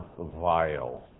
vile